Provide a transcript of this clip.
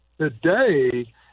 today